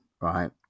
right